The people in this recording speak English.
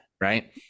right